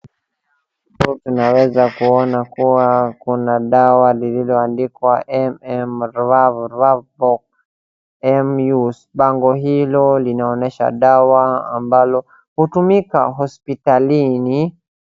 Mbele yangu ninaweza kuona kuna dawa lililoandikwa M-M-RvaxPro, bango hilo linaonyesha dawa ambalo hutumika hospitalini.